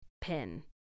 pin